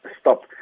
stop